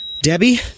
Debbie